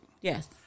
Yes